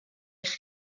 eich